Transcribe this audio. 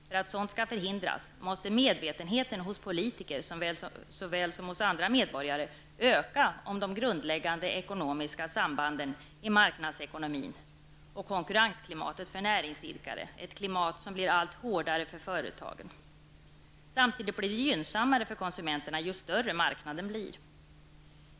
För att sådant skall förhindras måste medvetenheten hos politiker, såväl som hos andra medborgare, öka om de grundläggande ekonomiska sambanden i marknadsekonomin och konkurrensklimatet för näringsidkare, ett klimat som blir allt hårdare för företagen. Samtidigt blir det gynnsammare för konsumenterna, ju större marknaden blir.